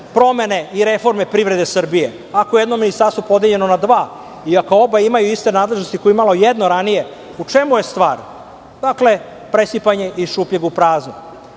promene i reforme privrede Srbije. Ako je jedno ministarstvo podeljeno na dva i ako oba imaju iste nadležnosti koje je imalo jedno ranije, u čemu je stvar? Dakle, presipanje iz šupljeg u prazno. Ako